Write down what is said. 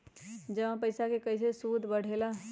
जमा पईसा के कइसे सूद बढे ला?